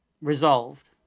resolved